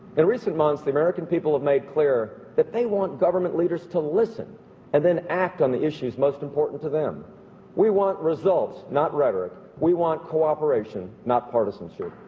in recent months the american people make clear if they want government leaders to listen and then act on the issues most important to them we want results not rhetoric we want cooperation not partisanship